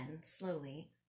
slowly